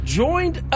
joined